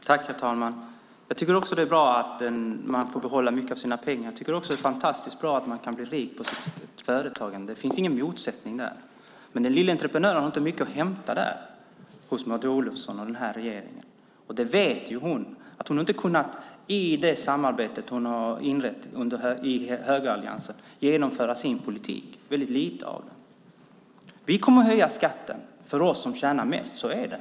Herr talman! Jag tycker också att det är bra att man får behålla mycket av sina pengar. Jag tycker också att det är fantastiskt bra att man kan bli rik på sitt företagande. Det finns ingen motsättning där. Den lilla entreprenören har dock inte mycket att hämta hos Maud Olofsson och den här regeringen, och det vet hon. I samarbetet inom högeralliansen har hon inte kunnat genomföra sin politik, eller väldigt lite av den. Vi kommer att höja skatten för oss som tjänar mest; så är det.